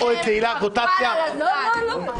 חבל על הזמן...